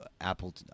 Apple